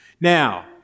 Now